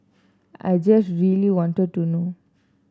I just really wanted to know